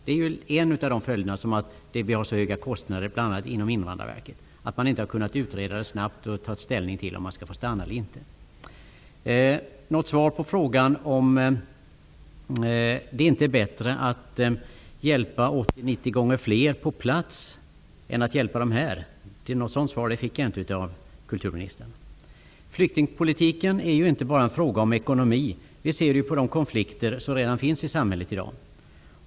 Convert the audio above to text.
Det är en av orsakerna till att det är så höga kostnader bl.a. inom Invandrarverket. Man har inte snabbt kunnat utreda och ta ställning till om flyktingarna skall få stanna eller inte. Något svar på frågan om det inte är bättre att hjälpa 80--90 gånger fler på plats än att hjälpa dem här fick jag inte av kulturministern. Flyktingpolitiken är inte bara en fråga om ekonomi. Det ser vi på de konflikter som redan finns i samhället i dag.